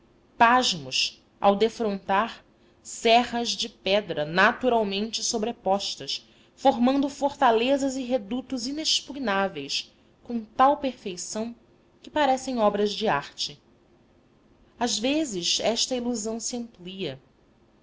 pasmos ao defrontar serras de pedra naturalmente sobrepostas formando fortalezas e redutos inexpugnáveis com tal perfeição que parecem obras de arte às vezes esta ilusão